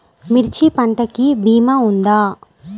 మిర్చి పంటకి భీమా ఉందా?